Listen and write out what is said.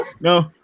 No